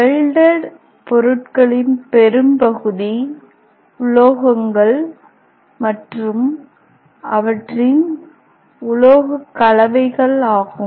welded பொருட்களின் பெரும்பகுதி உலோகங்கள் மற்றும் அவற்றின் உலோகக் கலவைகள் ஆகும்